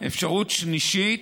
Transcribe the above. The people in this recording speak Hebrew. אפשרות שלישית: